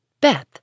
Beth